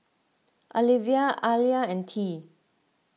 Alivia Ayla and Tea